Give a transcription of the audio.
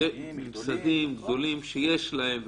גופים ממסדיים, גדולים, שיש להם.